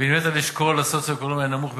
ונמנית באשכול הסוציו-אקונומי הנמוך ביותר,